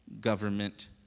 Government